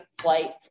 flight